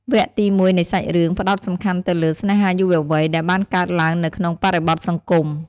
វគ្គទី១នៃសាច់រឿង ផ្តោតសំខាន់ទៅលើ ស្នេហាយុវវ័យ ដែលបានកើតឡើងនៅក្នុងបរិបទសង្គម។